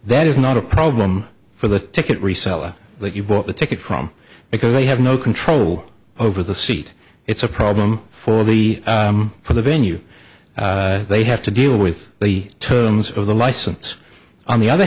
that is not a problem for the ticket reseller that you bought the ticket from because they have no control over the seat it's a problem for the for the venue they have to deal with the terms of the license on the other